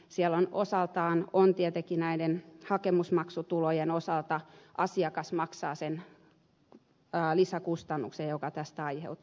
siellä on siirtyvä kustannusosuus tietenkin näiden hakemusmaksutulojen osalta asiakas maksaa sen lisäkustannuksen joka tästä aiheutuu